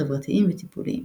חברתיים וטיפוליים.